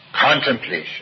contemplation